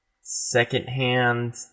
secondhand